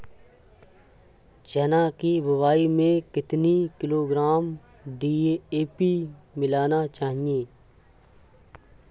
चना की बुवाई में कितनी किलोग्राम डी.ए.पी मिलाना चाहिए?